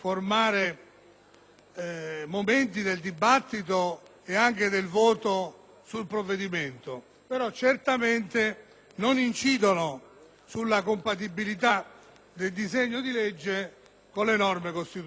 momenti del dibattito e anche del voto sul provvedimento, ma certamente non incidono sulla compatibilità del disegno di legge con le norme costituzionali.